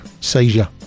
seizure